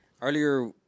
Earlier